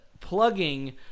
plugging